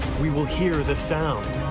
we will hear the sound.